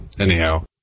anyhow